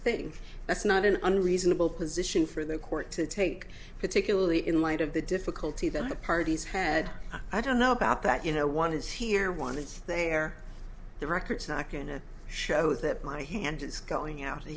thing that's not an unreasonable position for the court to take particularly in light of the difficulty that the parties had i don't know about that you know one is here one is there the record sack in a show that my hand is going out